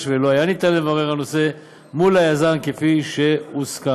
ולא היה ניתן לברר את הנושא מול היזם כפי שהוסכם.